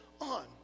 on